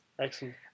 Excellent